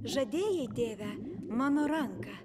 žadėjai tėve mano ranką